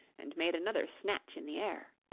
and made another snatch in the air.